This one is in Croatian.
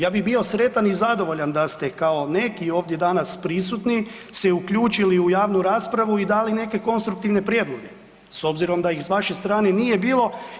Ja bi bio sretan i zadovoljan da ste kao neki ovdje danas prisutni se uključili u javnu raspravu i dali neke konstruktivne prijedloge s obzirom da ih s vaše strane nije bilo.